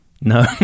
No